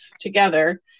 together